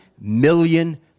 million